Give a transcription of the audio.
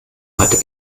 hat